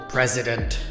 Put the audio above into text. President